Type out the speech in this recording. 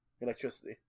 electricity